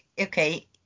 okay